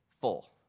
full